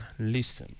Listen